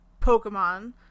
Pokemon